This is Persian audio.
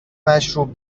مشروب